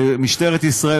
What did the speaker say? ומשטרת ישראל,